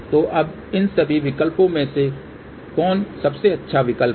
तो अब इन सभी विकल्पों में से कौन सबसे अच्छा विकल्प है